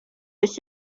ich